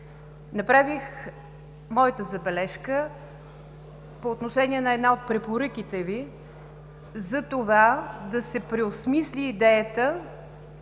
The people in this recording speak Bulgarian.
Направих моята забележка по отношение на една от препоръките Ви за това да се преосмисли идеята